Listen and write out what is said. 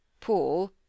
Paul